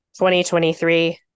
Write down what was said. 2023